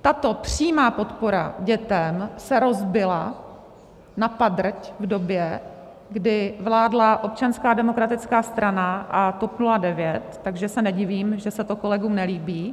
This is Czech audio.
Tato přímá podpora dětem se rozbila na padrť v době, kdy vládla Občanská demokratická strana a TOP 09, takže se nedivím, že se to kolegům nelíbí.